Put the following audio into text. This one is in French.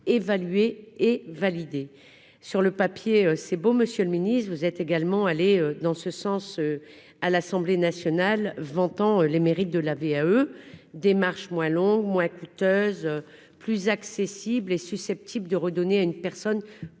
évaluées et validées. Sur le papier, c'est beau, monsieur le ministre ; vous avez abondé dans ce sens devant l'Assemblée nationale, en vantant les mérites de la VAE : cette démarche serait moins longue, moins coûteuse, plus accessible et susceptible de redonner à une personne